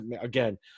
again